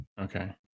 Okay